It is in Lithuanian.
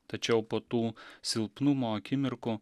tačiau po tų silpnumo akimirkų